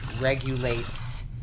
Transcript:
regulates